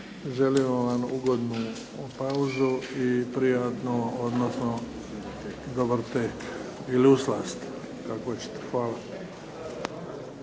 Želimo vam ugodnu pauzu i prijatno, odnosno dobar tek, ili u slast. Kako